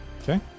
Okay